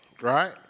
right